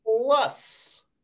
Plus